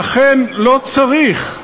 אכן לא צריך.